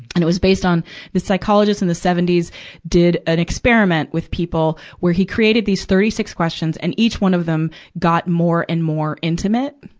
and it was based on this psychologist in the seventy s did an experiment with people, where he created these thirty six questions, and each one of them got more and more intimate.